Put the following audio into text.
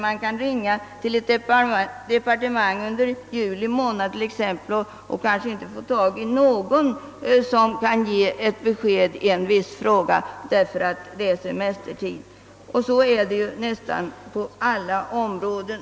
Man kan ju ringa till ett departement t.ex. under juli månad och kanske inte få tag i någon som kan ge besked i en viss fråga, därför att det är semestertid, och det är ju likadant vart man vänder sig under sommartiden.